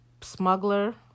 smuggler